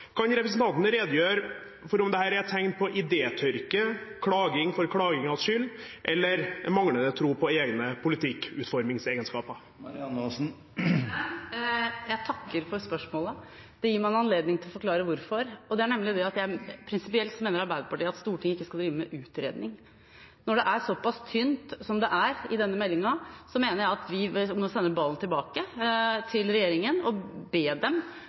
Kan representanten redegjøre for om dette er et tegn på idétørke, klaging for klagingens skyld eller manglende tro på egne politikkutformingsegenskaper? Jeg takker for spørsmålet. Det gir meg anledning til å forklare hvorfor, og det er nemlig det at prinsipielt mener Arbeiderpartiet at Stortinget ikke skal drive med utredning. Når meldingen er såpass tynn som den er, mener jeg at vi må sende ballen tilbake til regjeringen og be